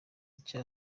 icyo